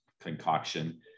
concoction